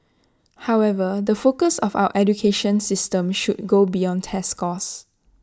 however the focus of our education system should go beyond test scores